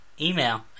email